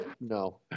No